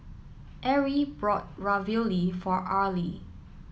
Erie bought Ravioli for Arlie